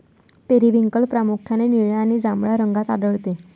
periwinkle प्रामुख्याने निळ्या आणि जांभळ्या रंगात आढळते